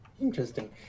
Interesting